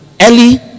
early